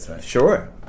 sure